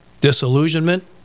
disillusionment